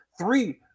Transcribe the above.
three